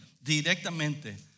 directamente